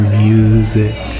music